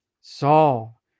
Saul